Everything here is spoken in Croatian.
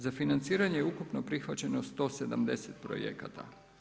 Za financiranje je ukupno prihvaćeno 170 projekata.